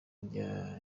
rya